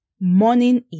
morning